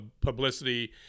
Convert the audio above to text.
publicity